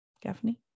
Gaffney